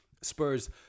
Spurs